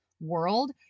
world